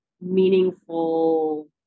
meaningful